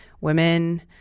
women